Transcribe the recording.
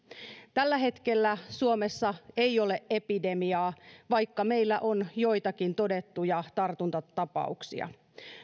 tällä hetkellä suomessa ei ole epidemiaa vaikka meillä on joitakin todettuja tartuntatapauksia